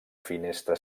finestra